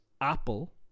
Apple